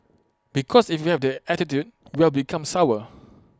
because if you have that attitude you will become sour